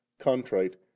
contrite